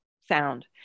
sound